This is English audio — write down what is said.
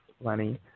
Lenny